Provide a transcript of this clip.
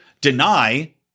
deny